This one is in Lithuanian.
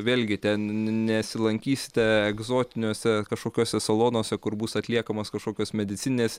vėlgi ten ne nesilankysite egzotiniuose kažkokiose salonuose kur bus atliekamos kažkokios medicininės